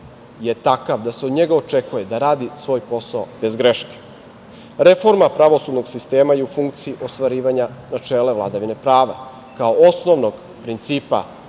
je takav da se od njega očekuje da radi svoj posao bez greške. Reforma pravosudnog sistema je u funkciji ostvarivanja načela vladavine prava kao osnovnog principa